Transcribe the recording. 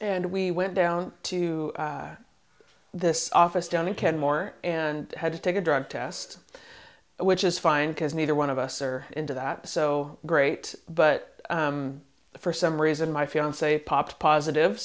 and we went down to this office down in kenmore and had to take a drug test which is fine because neither one of us are into that so great but for some reason my fiance popped positive